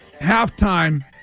halftime